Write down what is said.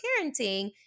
parenting